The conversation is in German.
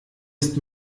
ist